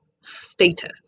status